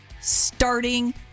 starting